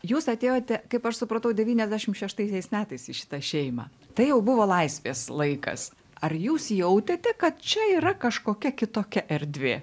jūs atėjote kaip aš supratau devyniasdešim šeštaisiais metais į šitą šeimą tai jau buvo laisvės laikas ar jūs jautėte kad čia yra kažkokia kitokia erdvė